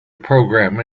programme